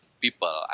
people